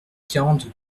quarante